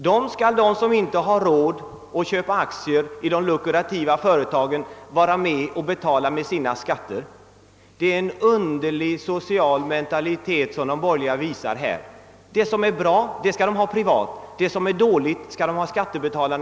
Och de människor som då inte har råd att köpa aktier i de lukrativa företagen skall alltså vara med och betala förlusterna i de andra företagen med sina skatter. Det är verkligen en underlig social mentalitet de borgerliga här företräder.